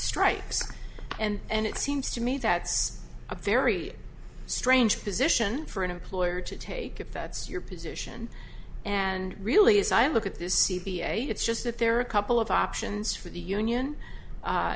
strikes and it seems to me that's a very strange position for an employer to take if that's your position and real as i look at this c p a it's just that there are a couple of options for the union